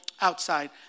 outside